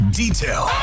detail